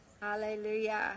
Hallelujah